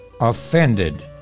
offended